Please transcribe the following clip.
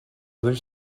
other